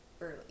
early